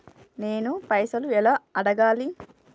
నేను పైసలు ఎలా అడగాలి?